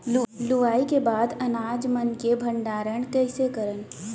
लुवाई के बाद अनाज मन के भंडारण कईसे करन?